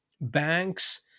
banks